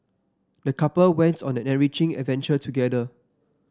the couple went on an enriching adventure together